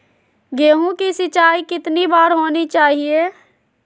गेहु की सिंचाई कितनी बार होनी चाहिए?